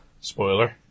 Spoiler